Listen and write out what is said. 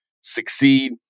succeed